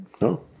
no